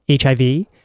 HIV